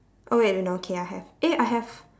oh wait no okay I have eh I have